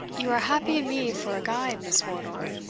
you are happy in me for a guide, miss wardour,